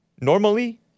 Normally